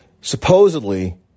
supposedly